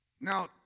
Now